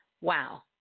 Wow